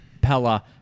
Pella